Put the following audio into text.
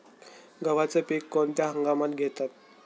गव्हाचे पीक कोणत्या हंगामात घेतात?